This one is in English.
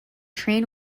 train